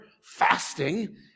fasting